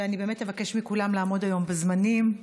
ואני באמת אבקש מכולם לעמוד היום בזמנים.